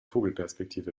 vogelperspektive